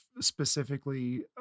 specifically